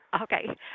okay